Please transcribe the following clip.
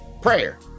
Prayer